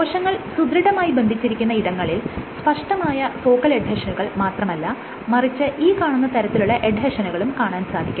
കോശങ്ങൾ സുദൃഢമായി ബന്ധിച്ചിരിക്കുന്ന ഇടങ്ങളിൽ സ്പഷ്ടമായ ഫോക്കൽ എഡ്ഹെഷനുകൾ മാത്രമല്ല മറിച്ച് ഈ കാണുന്ന തരത്തിലുള്ള എഡ്ഹെഷനുകളും കാണാൻ സാധിക്കും